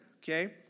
Okay